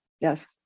Yes